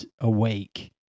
awake